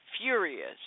furious